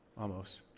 almost,